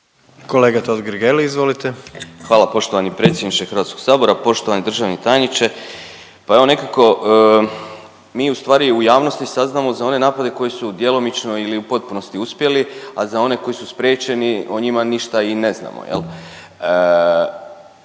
**Totgergeli, Miro (HDZ)** Hvala poštovani predsjedniče Hrvatskog sabora, poštovani državni tajniče. Pa evo nekako mi u stvari u javnosti saznamo za one napade koji su djelomično ili u potpunosti uspjeli, a za one koji su spriječeni o njima ništa i ne znamo,